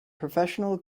professional